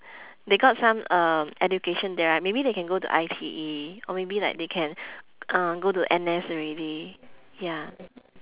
they got some uh education there right maybe they can go to I_T_E or maybe like they can uh go to N_S already ya